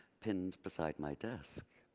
pinned beside my desk